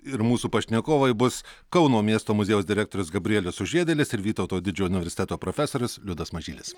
ir mūsų pašnekovai bus kauno miesto muziejaus direktorius gabrielius sužiedėlis ir vytauto didžiojo universiteto profesorius liudas mažylis